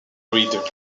readers